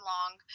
Long